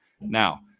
Now